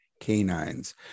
Canines